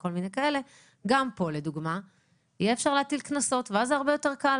גם פה יהיה אפשר להטיל קנסות ואז זה הרבה יותר קל.